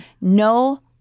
no